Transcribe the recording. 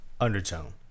undertone